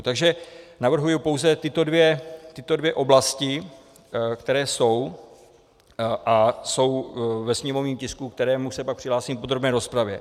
Takže navrhuji pouze tyto dvě oblasti, které jsou, a jsou ve sněmovním tisku, ke kterému se pak přihlásím v podrobné rozpravě.